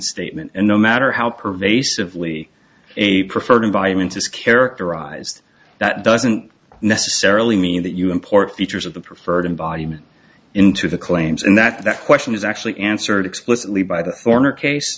statement and no matter how pervasively a preferred environment is characterized that doesn't necessarily mean that you import features of the preferred and volume into the claims and that that question is actually answered explicitly by the former case